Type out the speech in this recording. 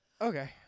Okay